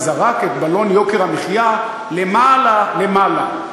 וזרק את בלון יוקר המחיה למעלה למעלה.